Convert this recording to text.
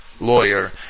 lawyer